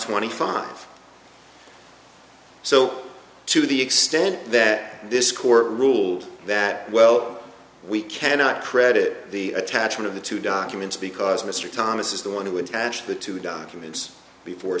twenty five so to the extent that this court ruled that well we cannot credit the attachment of the two documents because mr thomas is the one who attached the two documents before